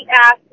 asked